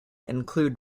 include